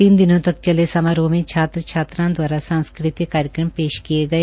तीन दिनों तक चले समारोह में छात्र छात्राओं दवारा सांस्कृतिक कार्यक्रम पेश किए गए